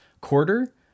quarter